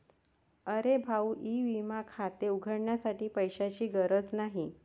अरे भाऊ ई विमा खाते उघडण्यासाठी पैशांची गरज नाही